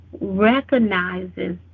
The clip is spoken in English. recognizes